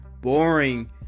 boring